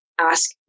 ask